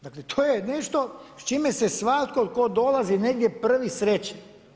Dakle, to je nešto s čime se svatko tko dolazi negdje prvi sreće.